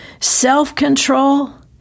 self-control